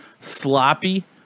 sloppy